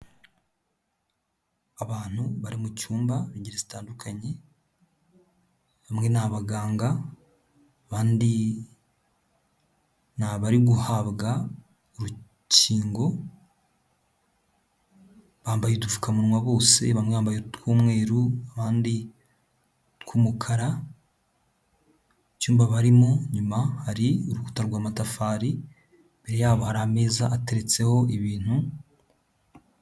Abantu bari mu cyumba b'ingeri gitandukanye, bamwe ni abaganga, abandi ni abari guhabwa urukingo, bambaye udupfukamunwa bose bamwe mbaye utw'mweruru abandi tw'umukara, mu cyumba barimo nyuma hari urukuta rw'amatafari, imbere yabo hari ameza ateretseho ibintu.